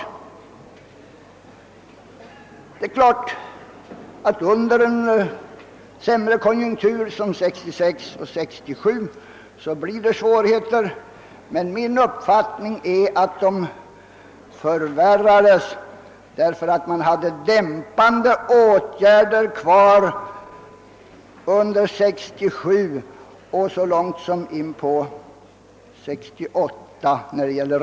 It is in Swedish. Under en sämre konjunktur, såsom under 1966 och 1967, uppstår självfallet svårigheter, men min uppfattning är att dessa förvärrades därför att man bibehöll dämpande åtgärder under 1967 och när det gällde räntan så långt som in på 1968.